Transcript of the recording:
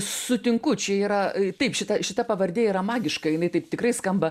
sutinku čia yra taip šita šita pavardė yra magiška jinai taip tikrai skamba